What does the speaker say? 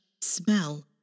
smell